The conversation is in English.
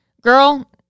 Girl